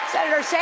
Senator